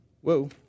Whoa